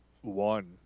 one